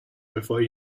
before